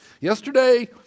Yesterday